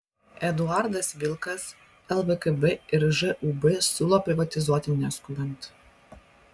eduardas vilkas lvkb ir žūb siūlo privatizuoti neskubant